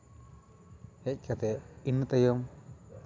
ᱦᱮᱡ ᱠᱟᱛᱮᱫ ᱤᱱᱟᱹ ᱛᱟᱭᱚᱢ